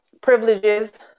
privileges